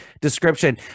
description